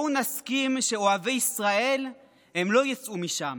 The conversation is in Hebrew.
בואו נסכים שאוהבי ישראל הם לא יצאו משם.